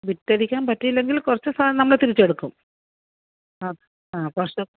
വിറ്റഴിക്കാൻ പറ്റിയില്ലെങ്കിൽ കുറച്ച് സാധനം നമ്മൾ തിരിച്ചെടുക്കും ആ ആ ആ കുറച്ച്